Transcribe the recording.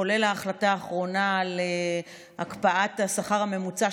כולל ההחלטה האחרונה להקפאת השכר הממוצע,